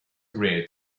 career